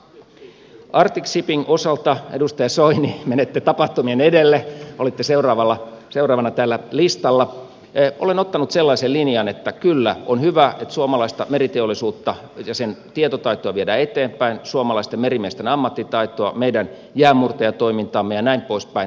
arctia shippingin osalta edustaja soini menette tapahtumien edelle olitte seuraavana täällä listalla olen ottanut sellaisen linjan että kyllä on hyvä että suomalaista meriteollisuutta ja sen tietotaitoa viedään eteenpäin suomalaisten merimiesten ammattitaitoa meidän jäänmurtajatoimintaamme ja näin poispäin